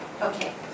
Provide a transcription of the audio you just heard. Okay